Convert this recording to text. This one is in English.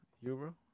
Euro